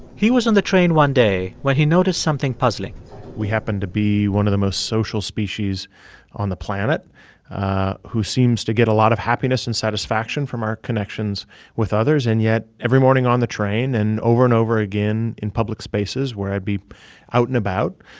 he was on the train one day when he noticed something puzzling we happen to be one of the most social species on the planet who seems to get a lot of happiness and satisfaction from our connections with others. and, yet, every morning on the train, and over and over again in public spaces where i'd be out and about,